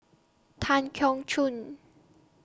Tan Keong Choon